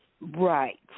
Right